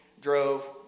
drove